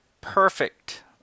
perfect